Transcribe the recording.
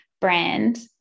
brand